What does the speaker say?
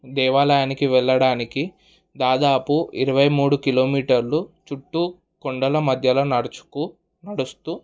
దేవాలయానికి వెళ్ళడానికి దాదాపు ఇరవై మూడు కిలోమీటర్లు చుట్టూ కొండల మధ్యలో నడుచుకు నడుస్తూ